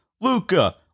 Luca